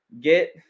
get